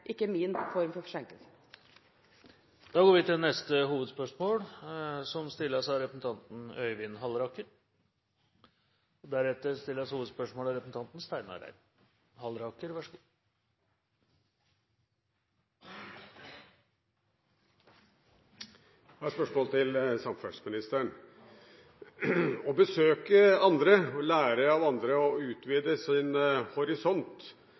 ikke min oppfatning av hva forsinkelse er. Da går vi til neste hovedspørsmål. Jeg har et spørsmål til samferdselsministeren. Å besøke andre, lære av andre og utvide sin horisont